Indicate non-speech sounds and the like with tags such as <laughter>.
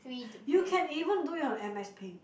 <breath> you can even do it on m_s paint